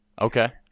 Okay